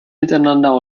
miteinander